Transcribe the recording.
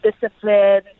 discipline